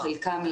חלקם,